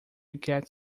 get